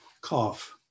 cough